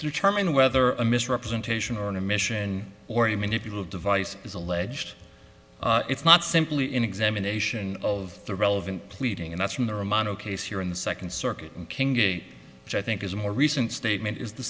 determine whether a misrepresentation or an admission or even if you will device is alleged it's not simply in examination of the relevant pleading and that's from the romanow case here in the second circuit and king gate which i think is a more recent statement is the